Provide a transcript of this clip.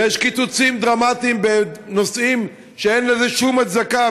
יש קיצוצים דרמטיים בנושאים שאין להם שום הצדקה,